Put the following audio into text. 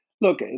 look